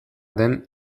den